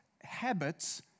habits